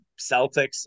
Celtics